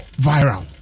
viral